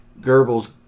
Goebbels